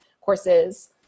courses